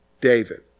David